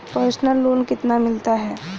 Personal loan कितना मिलता है?